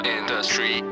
industry